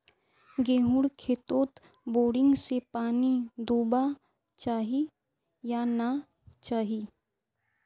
गेँहूर खेतोत बोरिंग से पानी दुबा चही या नी चही?